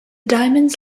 diamonds